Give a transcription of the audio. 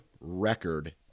record